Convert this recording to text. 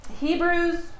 Hebrews